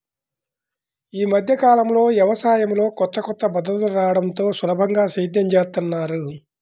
యీ మద్దె కాలంలో యవసాయంలో కొత్త కొత్త పద్ధతులు రాడంతో సులభంగా సేద్యం జేత్తన్నారు